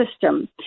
system